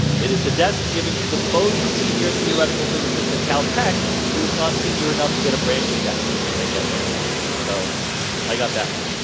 it is the desk given to the most senior theoretical physicist at caltech? who is not senior enough to get a brand new desk when they get there so i got that one